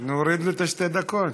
נוריד לו את שתי הדקות?